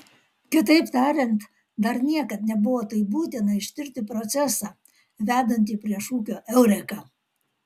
kitaip tariant dar niekad nebuvo taip būtina ištirti procesą vedantį prie šūkio eureka